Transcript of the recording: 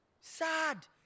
Sad